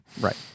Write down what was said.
Right